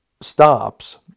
stops